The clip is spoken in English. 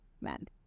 men